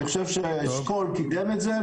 אני חושבת שאשכול קידם את זה,